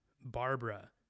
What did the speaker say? Barbara